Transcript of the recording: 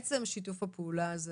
עצם שיתוף הפעולה הזה